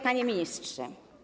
Panie Ministrze!